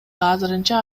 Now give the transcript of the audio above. азырынча